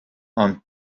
and